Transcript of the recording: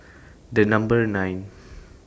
The Number nine